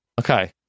okay